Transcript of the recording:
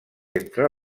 entre